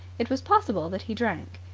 it was possible that he drank.